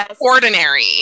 ordinary